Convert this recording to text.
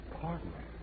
Partner